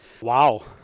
Wow